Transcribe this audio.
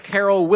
Carol